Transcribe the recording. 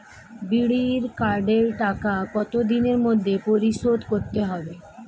বিড়ির কার্ডের টাকা কত দিনের মধ্যে পরিশোধ করতে হবে?